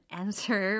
answer